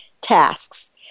tasks